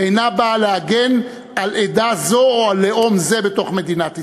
ואינה באה להגן על עדה זו או על לאום זה בתוך מדינת ישראל.